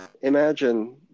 imagine